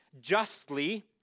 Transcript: justly